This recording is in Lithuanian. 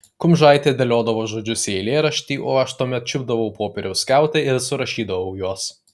kumžaitė dėliodavo žodžius į eilėraštį o aš tuomet čiupdavau popieriaus skiautę ir surašydavau juos